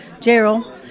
Gerald